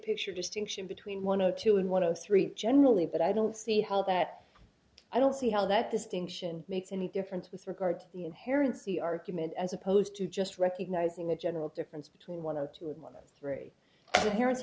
picture distinction between one of two and one of the three generally but i don't see how that i don't see how that distinction makes any difference with regard to the inherent c argument as opposed to just recognizing the general difference between one or two a month three par